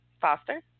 Foster